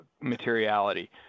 materiality